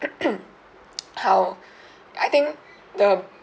how I think the